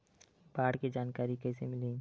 बाढ़ के जानकारी कइसे मिलही?